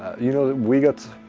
you know, we got,